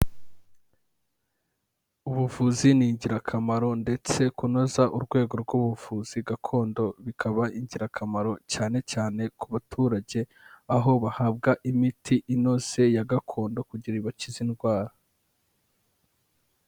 Ubuvuzi ni ingirakamaro ndetse kunoza urwego rw'ubuvuzi gakondo bikaba ingirakamaro cyane cyane ku baturage, aho bahabwa imiti inoze ya gakondo kugira bakize indwara.